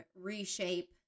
reshape